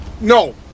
No